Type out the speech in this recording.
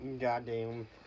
Goddamn